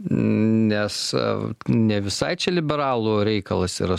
nes a ne visai čia liberalų reikalas yra